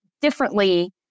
differently